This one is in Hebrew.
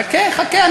חכה, חכה.